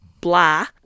blah